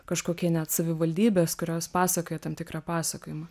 kažkokie net savivaldybės kurios pasakoja tam tikrą pasakojimą